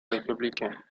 républicains